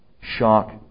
shock